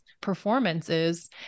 performances